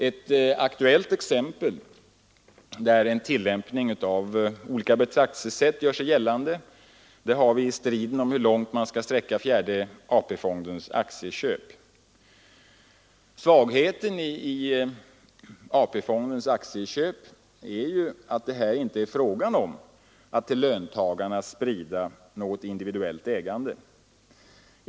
Ett aktuellt exempel, där en tillämpning av olika betraktelsesätt gör sig gällande, har vi i striden om hur långt man skall sträcka fjärde AP-fondens aktieköp. Svagheten i AP-fondens aktieköp är att det här inte är fråga om att till löntagarna sprida något individuellt ägande.